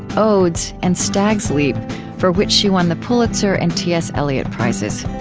odes, and stag's leap for which she won the pulitzer and t s. eliot prizes.